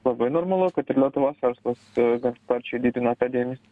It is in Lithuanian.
labai normalu kad ir lietuvos verslas gan sparčiai didina tą dėmes